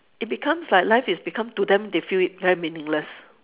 it becomes like life is become to them they feel it very meaningless